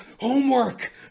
Homework